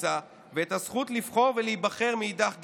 גיסא ואת הזכות לבחור ולהיבחר מאידך גיסא,